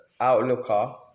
outlooker